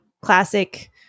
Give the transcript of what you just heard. classic